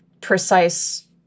precise